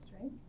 right